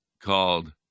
called